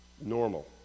normal